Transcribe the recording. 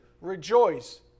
Rejoice